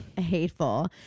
Hateful